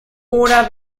oder